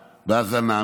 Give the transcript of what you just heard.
בהזנה,